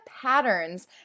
patterns